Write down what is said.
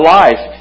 life